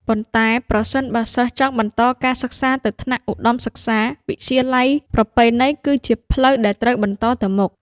ប៉ុន្តែប្រសិនបើសិស្សចង់បន្តការសិក្សាទៅថ្នាក់ឧត្តមសិក្សា វិទ្យាល័យប្រពៃណីគឺជាផ្លូវដែលត្រូវបន្តទៅមុខ។